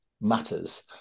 matters